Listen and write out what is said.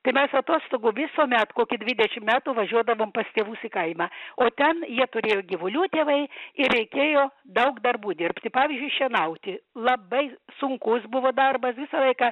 tai mes atostogų visuomet kokį dvidešim metų važiuodavome pas tėvus į kaimą o ten jie turėjo gyvulių tėvai ir reikėjo daug darbų dirbti pavyzdžiui šienauti labai sunkus buvo darbas visą laiką